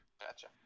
Gotcha